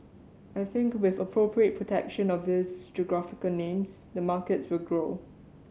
I think with appropriate protection of these geographical names the markets will grow